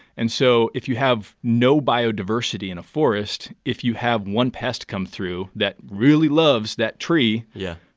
and so if you have no biodiversity in a forest, if you have one pest come through that really loves that tree. yeah.